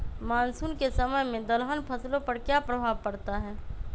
Monsoon के समय में दलहन फसलो पर क्या प्रभाव पड़ता हैँ?